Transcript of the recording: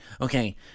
Okay